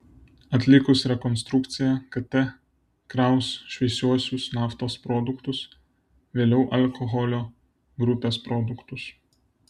atlikus rekonstrukciją kt kraus šviesiuosius naftos produktus vėliau alkoholio grupės produktus